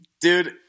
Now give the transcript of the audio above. Dude